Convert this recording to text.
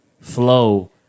flow